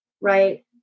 right